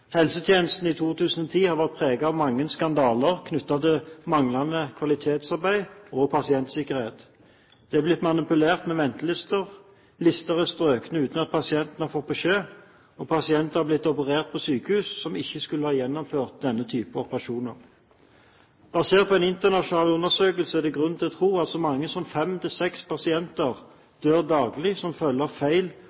Helsetjenesten i 2010 har vært preget av mange skandaler knyttet til manglende kvalitetsarbeid og pasientsikkerhet. Det er blitt manipulert med ventelister, lister er strøket uten at pasientene har fått beskjed, og pasienter har blitt operert på sykehus som ikke skulle ha gjennomført denne type operasjoner. Basert på en internasjonal undersøkelse er det grunn til å tro at så mange som